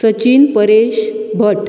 Sachin Paresh Bhat